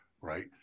right